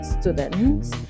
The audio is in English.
students